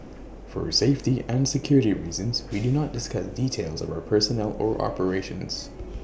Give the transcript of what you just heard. for safety and security reasons we do not discuss details of our personnel or operations